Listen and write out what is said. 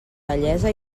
bellesa